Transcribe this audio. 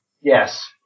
Yes